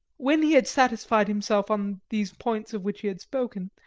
when he had satisfied himself on these points of which he had spoken,